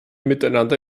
miteinander